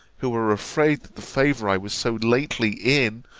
who are afraid that the favour i was so lately in